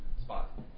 spot